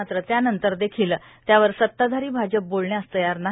मात्र त्यानंतर देखील त्यावर सत्ताधारी भाजप बोलण्यास तयार नाही